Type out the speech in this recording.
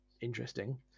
interesting